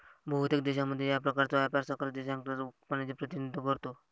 बहुतेक देशांमध्ये, या प्रकारचा व्यापार सकल देशांतर्गत उत्पादनाचे प्रतिनिधित्व करतो